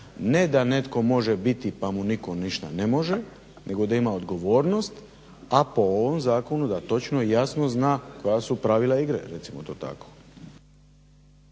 Ne da netko može biti pa mu nitko ništa ne može, nego da ima odgovornost, a po ovom zakonu da točno i jasno zna koja su pravila igre recimo to tako.